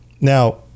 Now